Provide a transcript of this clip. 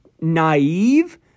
naive